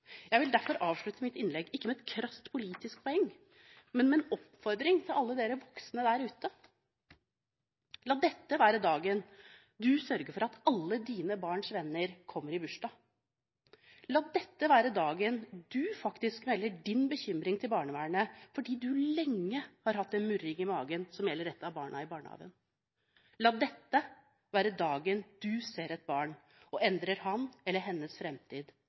Jeg vil derfor avslutte mitt innlegg ikke med et krast politisk poeng, men med en oppfordring til alle voksne der ute: La dette være dagen du sørger for at alle dine barns venner kommer i bursdag. La dette være dagen du faktisk melder din bekymring til barnevernet, fordi du lenge har hatt en murring i magen som gjelder ett av barna i barnehagen. La dette være dagen du ser et barn og endrer hans eller hennes